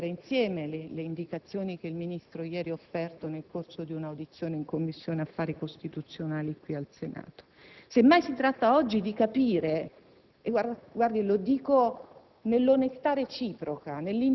La invito su questo a rileggere insieme le indicazioni che il Ministro ieri ha fornito nel corso dell'audizione in Commissione affari costituzionali qui al Senato.